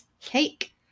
Cake